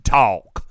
talk